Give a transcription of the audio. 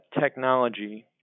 technology